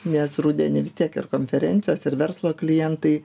nes rudenį vis tiek ir konferencijos ir verslo klientai